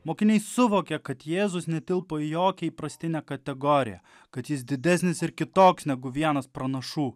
mokiniai suvokė kad jėzus netilpo į jokią įprastinę kategoriją kad jis didesnis ir kitoks negu vienas pranašų